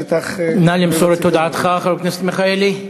נא למסור את הודעתך, חבר הכנסת מיכאלי.